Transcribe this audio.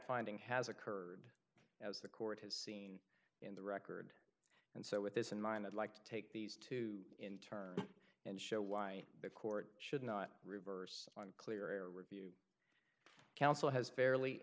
finding has occurred as the court has seen in the record and so with this in mind i'd like to take these two in turn and show why the court should not reverse one clear review counsel has fairly